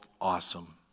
awesome